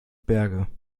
berge